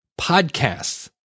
Podcasts